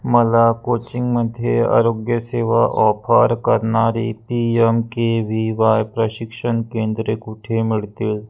मला कोचीमध्ये आरोग्यसेवा ऑफर करणारी P M K V Y प्रशिक्षण केंद्रे कुठे मिळतील